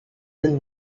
will